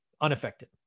unaffected